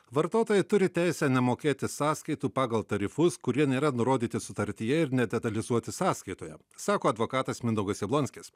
vartotojai turi teisę nemokėti sąskaitų pagal tarifus kurie nėra nurodyti sutartyje ir nedetalizuoti sąskaitoje sako advokatas mindaugas jablonskis